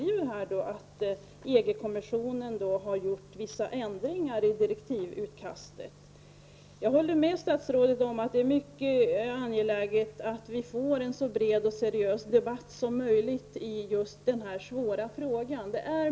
Det sägs att EG-kommissionen har gjort vissa ändringar i direktivutkastet. Jag håller med statsrådet om att det är mycket angeläget att vi får en så bred och seriös debatt som möjligt i just denna synnerligen svåra fråga.